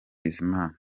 bizimana